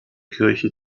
kirche